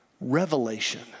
revelation